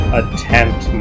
attempt